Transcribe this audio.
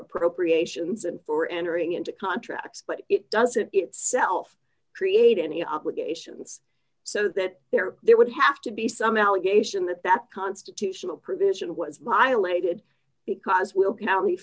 appropriations and for entering into contracts but it doesn't itself create any obligations so that there there would have to be some allegation that that constitutional provision was my lated because w